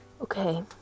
Okay